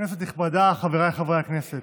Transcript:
כנסת נכבדה, חבריי חברי הכנסת,